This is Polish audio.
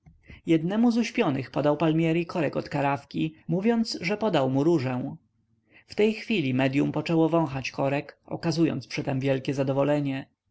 jednemu z uśpionych podał palmieri korek od karafki mówiąc że podał mu różę w tej chwili medyum zaczęło wąchać korek okazując przy tem wielkie zadowolenie